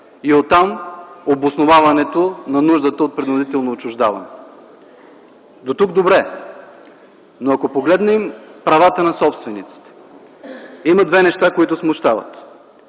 и оттам обосноваването на нуждата от принудително отчуждаване. Дотук добре! Но ако погледнем правата на собствениците, има две неща, които смущават.